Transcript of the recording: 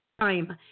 time